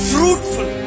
Fruitful